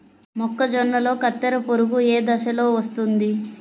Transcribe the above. మొక్కజొన్నలో కత్తెర పురుగు ఏ దశలో వస్తుంది?